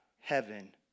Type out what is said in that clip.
heaven